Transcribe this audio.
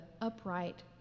upright